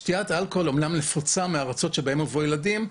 שתיית אלכוהול אמנם נפוצה בארצות שבהן מביאים ילדים לאמוץ,